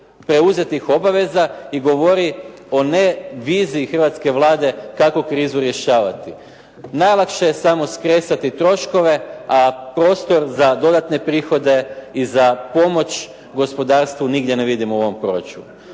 preuzetih obaveza i govori o ne viziji hrvatske Vlade i kako krizu rješavati. Najlakše je samo skresati troškove a prostor za dodatne prihode i za pomoć gospodarstvu nigdje ne vidimo u ovom proračunu.